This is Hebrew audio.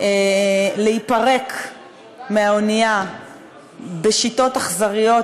להיפרק מהאנייה בשיטות אכזריות